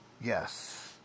Yes